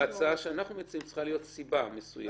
בהצעה שאנחנו מציעים צריכה להיות סיבה מסוימת.